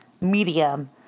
medium